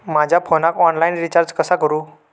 माझ्या फोनाक online recharge कसा करू?